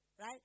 right